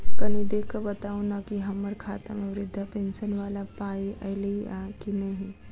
कनि देख कऽ बताऊ न की हम्मर खाता मे वृद्धा पेंशन वला पाई ऐलई आ की नहि?